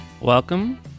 Welcome